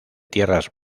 tierras